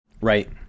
Right